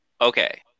Okay